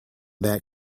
that